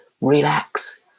relax